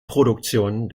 produktion